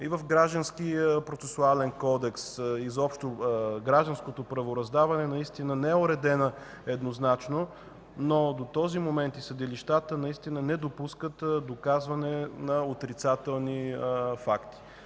и в Гражданския процесуален кодекс, изобщо в гражданското правораздаване не е уредена еднозначно, но до този момент и съдилищата не допускат доказване на отрицателни факти.